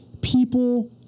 people